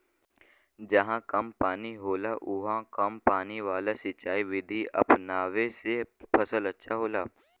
जहां कम पानी होला उहाँ कम पानी वाला सिंचाई विधि अपनावे से फसल अच्छा होला